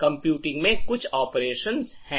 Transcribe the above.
computing में कुछ operation है